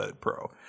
Pro